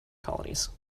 colonies